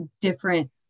different